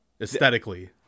Aesthetically